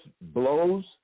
blows